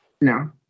No